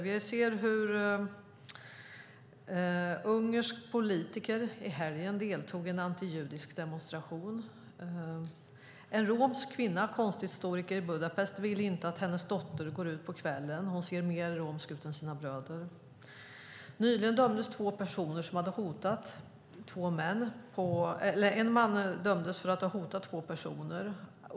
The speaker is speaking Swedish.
Vi ser hur en ungersk politiker i helgen deltog i en antijudisk demonstration. En romsk kvinna, konsthistoriker i Budapest, vill inte att hennes dotter går ut på kvällen, för hon ser mer romsk ut än sina bröder. Nyligen dömdes en man som hade hotat två personer.